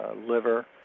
liver